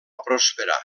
prosperar